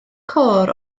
côr